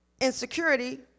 insecurity